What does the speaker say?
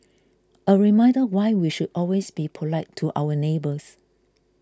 a reminder why we should always be polite to our neighbours